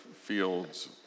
fields